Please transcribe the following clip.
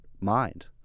mind